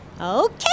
Okay